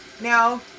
now